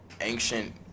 ancient